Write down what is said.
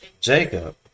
Jacob